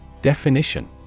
Definition